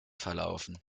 verlaufen